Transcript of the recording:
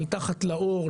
מתחת לעור,